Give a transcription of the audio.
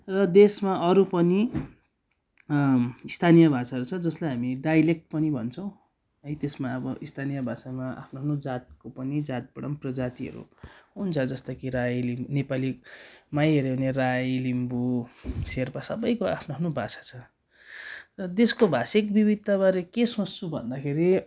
र देशमा अरू पनि स्थानीय भाषाहरू छ जसलाई हामी डाइलेक्ट पनि भन्छौँ है त्यसमा अब स्थानीय भाषामा आफ्नो आफ्नो जातको पनि जातबाट पनि प्रजातिहरू हुन्छ जस्तै कि राई लि नेपालीमै हेऱ्यो भने राई लिम्बू र सेर्पा सबैको आफ्नो आफ्नो भाषा छ र देशको भाषिक विविधताबारे के सोच्छु भन्दाखेरि